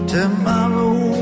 Tomorrow